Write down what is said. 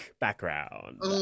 background